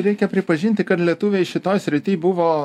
reikia pripažinti kad lietuviai šitoj srity buvo